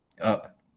up